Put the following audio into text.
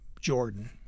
Jordan